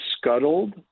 scuttled